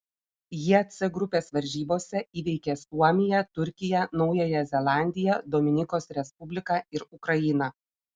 jie c grupės varžybose įveikė suomiją turkiją naująją zelandiją dominikos respubliką ir ukrainą